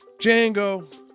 Django